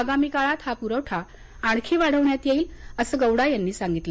आगामी काळात हा पुरवठा आणखी वाढवण्यात येईल असं गौडा यांनी सांगितलं